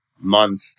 month